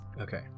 Okay